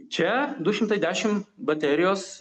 čia du šimtai dešimt baterijos